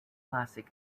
classic